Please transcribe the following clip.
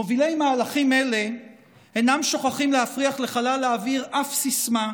מובילי מהלכים אלה אינם שוכחים להפריח לחלל האוויר שום סיסמה,